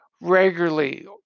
regularly